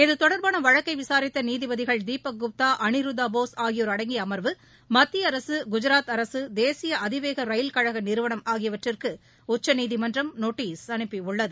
இது தொடர்பான வழக்கை விசாரித்த நீதிபதிகள் தீபக் குப்தா அனிருதாபோஸ் ஆகியோர் அடங்கிய அமர்வு மத்திய அரசு குஜராத் அரசு தேசிய அதிவேக ரயில் கழக நிறுவனம் ஆகியவற்றக்கு உச்சநீதிமன்றம் நோட்டீஸ் அனுப்பியுள்ளது